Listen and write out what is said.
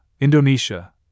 Indonesia